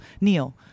Neil